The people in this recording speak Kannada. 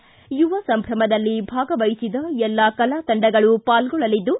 ಇದರಲ್ಲಿ ಯುವ ಸಂಭ್ರಮದಲ್ಲಿ ಭಾಗವಹಿಸಿದ ಎಲ್ಲಾ ಕಲಾ ತಂಡಗಳು ಪಾಲ್ಗೊಳ್ಳಲಿದ್ದು